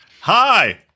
hi